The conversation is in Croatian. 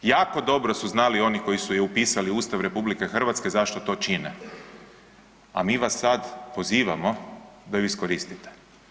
Jako dobro su znali oni koji su je upisali u Ustav RH zašto to čine, a mi vas sad pozivamo da ju iskoristite.